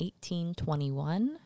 1821